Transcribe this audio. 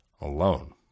alone